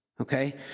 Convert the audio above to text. okay